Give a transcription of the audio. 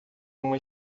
uma